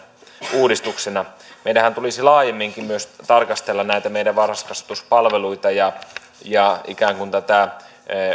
uudistuksena meidänhän tulisi laajemminkin myös tarkastella näitä meidän varhaiskasvatuspalveluita ja ja ikään kuin tätä